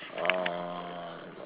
uh